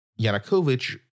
Yanukovych